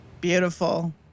Beautiful